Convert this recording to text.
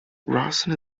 rawson